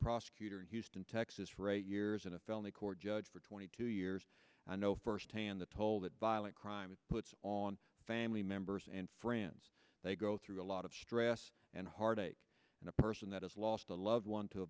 prosecutor in houston texas for eight years in a felony court judge for twenty two years i know firsthand the toll that violent crime it puts on family members and friends they go through a lot of stress and heartache and a person that has lost a loved one to